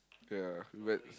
ya relax